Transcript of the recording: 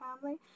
family